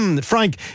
Frank